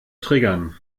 triggern